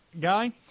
Guy